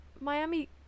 miami